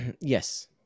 yes